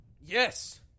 Yes